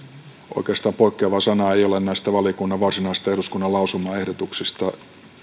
poikkeavaa sanaa ei ole näistä valiokunnan varsinaisista eduskunnan lausumaehdotuksista